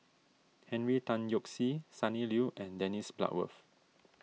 Henry Tan Yoke See Sonny Liew and Dennis Bloodworth